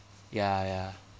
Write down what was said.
ya ya